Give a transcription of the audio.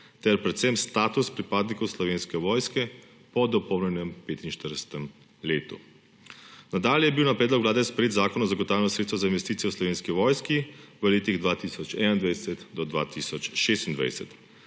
ter predvsem status pripadnikov Slovenske vojske po dopolnjenem 45. letu. Nadalje je bil na predlog Vlade sprejet Zakon o zagotavljanju sredstev za investicije v Slovenski vojski v letih 2021 do 2026,